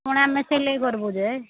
କ'ଣ ଆମେ ସେଲେଇ କରବୁ ଯେ